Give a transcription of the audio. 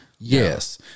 Yes